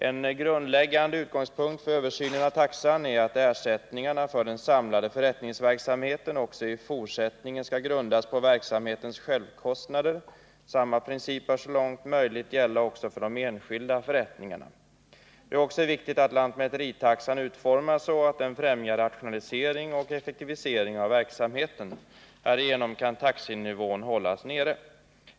En grundläggande utgångspunkt för översynen av taxan är att ersättningarna för den samlade förrättningsverksamheten också i fortsättningen skall grundas på verksamhetens självkostnader. Samma princip bör så långt möjligt gälla också för de enskilda förrättningarna. Det är också viktigt att lantmäteritaxan utformas så att den främjar rationalisering och effektivisering av verksamheten. Härigenom kan taxenivån hållas nere.